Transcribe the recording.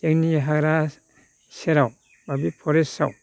जोंनि हाग्रा सेराव बा बे फरेस्टआव